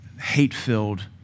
hate-filled